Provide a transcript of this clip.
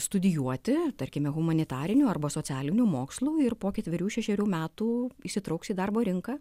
studijuoti tarkime humanitarinių arba socialinių mokslų ir po ketverių šešerių metų įsitrauks į darbo rinką